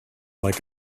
like